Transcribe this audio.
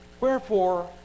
Wherefore